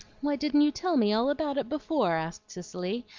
why didn't you tell me all about it before? asked cicely,